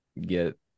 get